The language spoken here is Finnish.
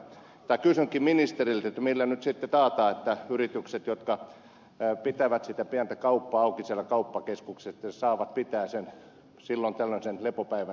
millä nyt sitten taataan että yritykset jotka pitävät sitä pientä kauppaa auki siellä kauppakeskuksessa saavat pitää silloin tällöin lepopäivänsä näille yrittäjille